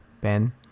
Ben